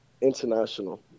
international